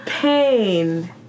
pain